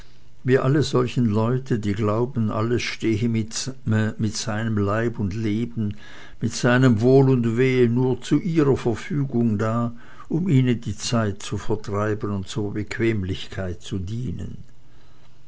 wie alle solche leute die glauben alles stehe mit seinem leib und leben mit seinem wohl und wehe nur zu ihrer verfügung da um ihnen die zeit zu vertreiben und zur bequemlichkeit zu dienen